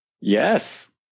Yes